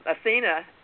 Athena